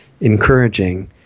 encouraging